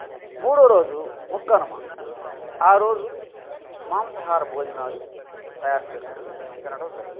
మూడవరోజు ముక్కనుమ ఆ రోజు మాంసాహార భోజనాలు తయారు చేసుకుని తినడం జరుగుతుంది